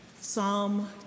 Psalm